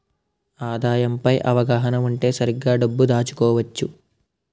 ఆదాయం పై అవగాహన ఉంటే సరిగ్గా డబ్బు దాచుకోవచ్చు